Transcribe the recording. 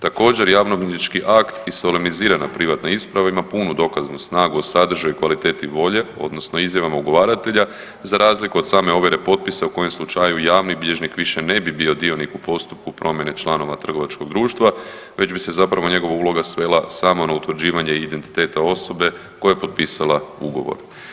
Također, javnobilježnički akt i solemnizirana privatna isprava ima punu dokaznu snagu o sadržaju, kvaliteti volje odnosno izjavama ugovaratelja za razliku od same ovjere potpisa u kojem slučaju javni bilježnik više ne bi bio dionik u postupku promjene članova trgovačkog društva već bi se zapravo njegova uloga svega samo na utvrđivanje identiteta osobe koja je potpisala ugovor.